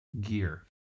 gear